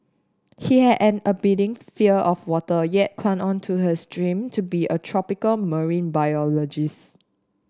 he had an abiding fear of water yet clung on to his dream to be a tropical marine biologist